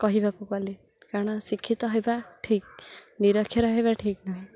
କହିବାକୁ ଗଲେ କାରଣ ଶିକ୍ଷିତ ହେବା ଠିକ୍ ନିରକ୍ଷର ହେବା ଠିକ୍ ନୁହେଁ